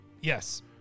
Yes